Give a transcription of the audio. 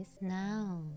now